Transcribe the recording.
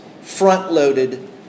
front-loaded